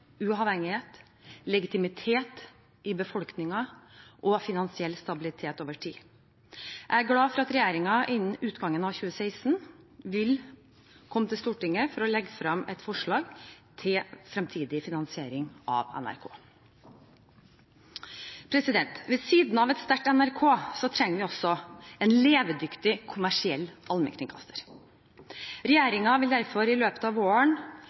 uavhengighet, legitimitet i befolkningen og finansiell stabilitet over tid. Jeg er glad for at regjeringen innen utgangen av 2016 vil komme til Stortinget og legge frem et forslag til fremtidig finansiering av NRK. Ved siden av et sterkt NRK trenger vi også en levedyktig kommersiell allmennkringkaster. Regjeringen vil derfor i løpet av våren